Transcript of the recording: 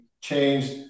changed